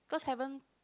cause haven't